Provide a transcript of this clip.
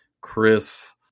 Chris